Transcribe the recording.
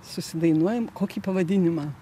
susidainuojam kokį pavadinimą